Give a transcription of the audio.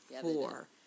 Four